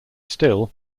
still